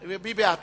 מי בעד?